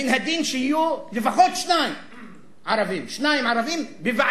מן הדין שיהיו לפחות שני ערבים בוועדה,